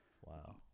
Wow